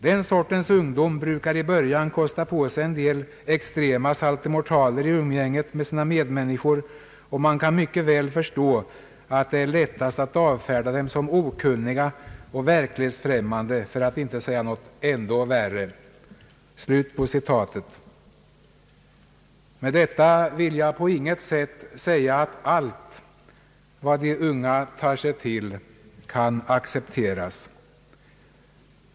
Den sortens ungdom brukar i början kosta på sig en del extrema saltomortaler i umgänget med sina medmänniskor, och man kan mycket väl förstå att det är lättast att avfärda dem som okunniga och verklighetsfrämmande, för att inte säga något än värre.» Med detta vill jag på intet sätt säga att allt vad de unga tar sig till kan accepteras.